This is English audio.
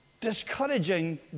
discouraging